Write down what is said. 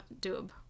dub